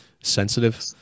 sensitive